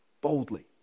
boldly